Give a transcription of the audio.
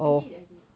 I did I did